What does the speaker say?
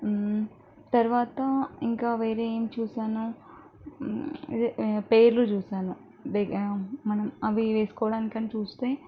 తర్వాత ఇంకా వేరే ఏం చూసాను ఇదే పేర్లు చూసాను మనం అవి వేసుకోడానికి అని చూస్తే